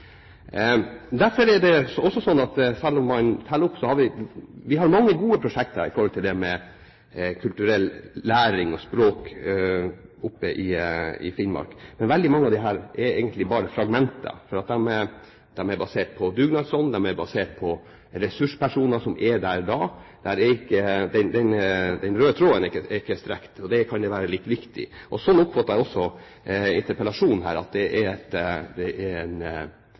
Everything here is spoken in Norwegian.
man teller opp, har vi mange gode prosjekter som gjelder kulturell læring og språk oppe i Finnmark, men veldig mange av disse er egentlig bare fragmenter, for de er basert på dugnadsånd; de er basert på ressurspersoner som er der da. Den røde tråden er ikke strukket, og det kan jo være litt viktig. Sånn oppfatter jeg også interpellasjonen her, den er et budskap om at man må systematisere det